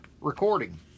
recording